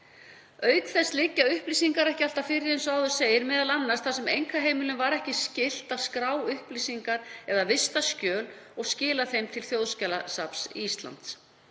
Auk þess liggja upplýsingar ekki alltaf fyrir, m.a. þar sem einkaheimilum var ekki skylt að skrá upplýsingar eða vista skjöl og skila þeim til Þjóðskjalasafns Íslands.